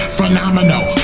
Phenomenal